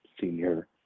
senior